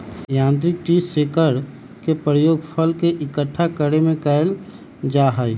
यांत्रिक tree shaker के प्रयोग फल के इक्कठा करे में कइल जाहई